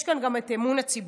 יש כאן גם את אמון הציבור,